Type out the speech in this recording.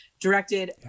directed